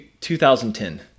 2010